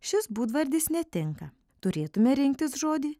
šis būdvardis netinka turėtumėme rinktis žodį